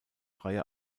freie